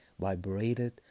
vibrated